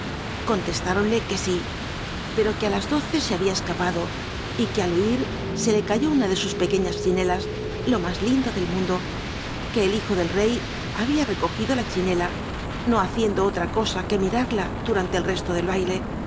conlcstúronlc que sí pero r qc á las doce m había escapado quu al huir se le ca ó una de sus pequeñas chinelas lo más lindo tlclmnntlo que el hijo del rcr había recogido la chinela no haciendo olra cosa juc mirarla duran le el rcslo del baile